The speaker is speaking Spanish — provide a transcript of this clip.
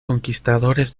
conquistadores